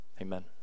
Amen